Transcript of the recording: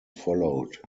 followed